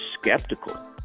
skeptical